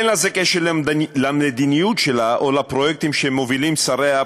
אין לזה קשר למדיניות שלה או לפרויקטים שמובילים שריה,